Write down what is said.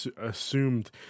assumed